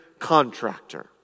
contractor